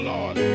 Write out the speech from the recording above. Lord